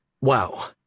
Wow